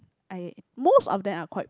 I most of them are quite